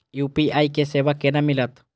UPI के सेवा केना मिलत?